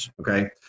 okay